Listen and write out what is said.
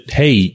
hey